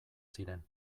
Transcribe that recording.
ziren